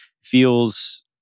feels